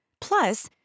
Plus